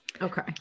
Okay